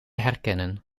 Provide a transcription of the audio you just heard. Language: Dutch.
herkennen